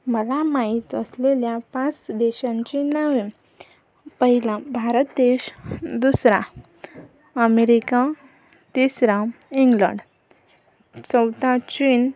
मला माहीत असलेल्या पाच देशांची नावे पहिला भारत देश दुसरा अमेरिका तिसरा इंग्लंड चौथा चीन